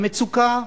המצוקה,